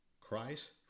Christ